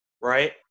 right